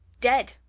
dead!